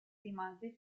rimase